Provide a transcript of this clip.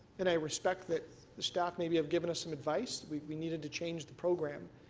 and i respect that the staff maybe have given us some advice. we needed to change the program.